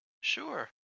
Sure